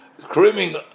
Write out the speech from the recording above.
screaming